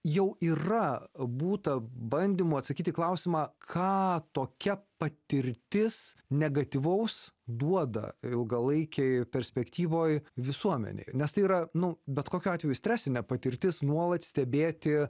jau yra būta bandymų atsakyti į klausimą ką tokia patirtis negatyvaus duoda ilgalaikėj perspektyvoj visuomenei nes tai yra nu bet kokiu atveju stresinė patirtis nuolat stebėti